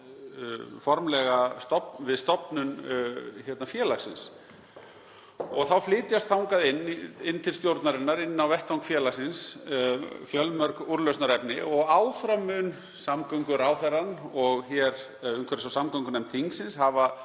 formlega við stofnun félagsins. Þá flytjast þangað inn til stjórnarinnar, inn á vettvang félagsins, fjölmörg úrlausnarefni og áfram munu samgönguráðherra og umhverfis- og samgöngunefnd þingsins hafa